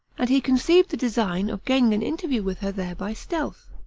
and he conceived the design of gaining an interview with her there by stealth.